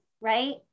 right